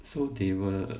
so they will